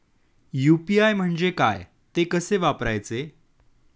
UPI म्हणजे काय, ते कसे वापरायचे?